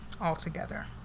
altogether